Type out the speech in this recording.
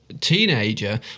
teenager